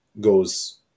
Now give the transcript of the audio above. goes